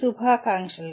శుభాకాంక్షలు